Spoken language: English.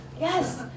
Yes